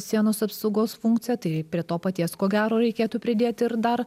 sienos apsaugos funkciją tai prie to paties ko gero reikėtų pridėti ir dar